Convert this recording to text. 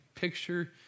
picture